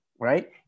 right